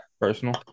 personal